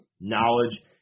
knowledge